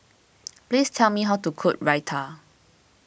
please tell me how to cook Raita